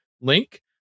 link